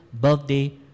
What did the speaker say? birthday